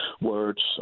words